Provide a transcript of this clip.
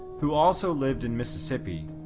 who also lived in mississippi,